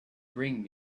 bring